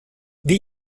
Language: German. wie